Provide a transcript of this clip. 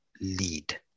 lead